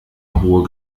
hohe